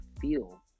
feel